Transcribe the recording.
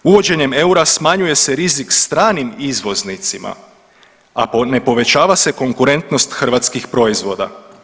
Uvođenjem eura smanjuje se rizik stranim izvoznicima, a ne povećava se konkurentnost hrvatskih proizvoda.